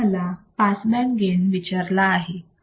आता मला bandpass gain विचारला आहे